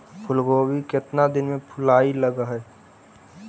फुलगोभी केतना दिन में फुलाइ लग है?